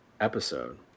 episode